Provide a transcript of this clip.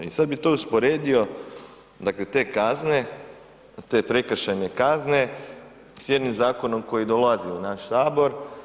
I sad bi tu usporedio dakle te kazne te prekršajne kazne s jednim zakonom koji dolazi u naš Sabor.